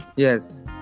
yes